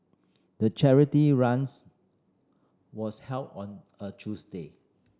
the charity runs was held on a Tuesday